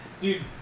Dude